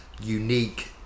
unique